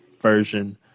version